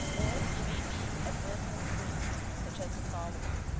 or they may be adverbial phrases such as the following